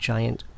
Giant